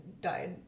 died